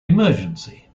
emergency